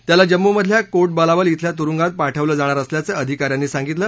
त्याला जम्मूमधल्या कोटबलावल अेल्या तुरुंगात पाठवलं जाणार असल्याचं अधिका यांनी सांगितलं